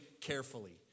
carefully